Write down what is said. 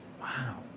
Wow